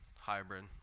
hybrid